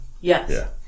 Yes